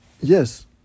yes